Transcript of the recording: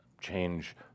change